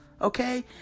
Okay